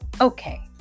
Okay